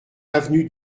avenue